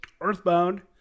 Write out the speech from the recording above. EarthBound